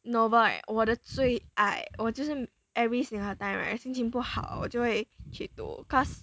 novel right 我的最爱我就是 every single time right 心情不好我就会去读 cause